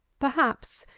perhaps,